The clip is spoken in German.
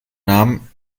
namen